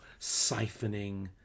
siphoning